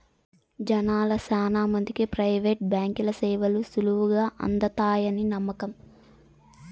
జనాల్ల శానా మందికి ప్రైవేటు బాంకీల సేవలు సులువుగా అందతాయని నమ్మకం